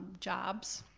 jobs,